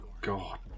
God